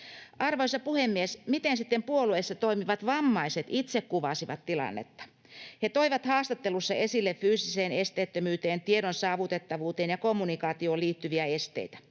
Arvoisa puhemies! Miten sitten puolueessa toimivat vammaiset itse kuvasivat tilannetta? He toivat haastatteluissa esille fyysiseen esteettömyyteen, tiedon saavutettavuuteen ja kommunikaatioon liittyviä esteitä.